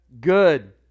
good